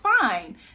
fine